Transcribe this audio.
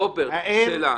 רוברט, שאלה.